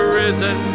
risen